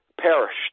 perished